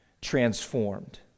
transformed